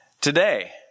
Today